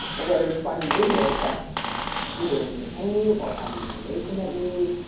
or whether it's finding videos that either entertain you, or have the information that you need,